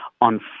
on